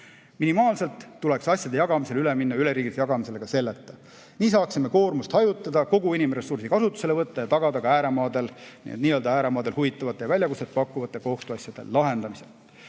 Minimaalselt tuleks asjade jagamisel üle minna üleriigilisele jagamisele ka selleta. Nii saaksime koormust hajutada, kogu inimressursi kasutusele võtta ja tagada ka nii-öelda ääremaadel huvitavate ja väljakutset pakkuvate kohtuasjade lahendamise.